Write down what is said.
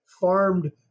farmed